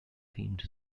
themed